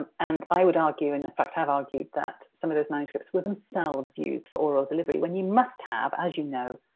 ah and, i would argue, and in fact have argued, that some of those manuscripts were themselves used for oral delivery, when you must have, as you know,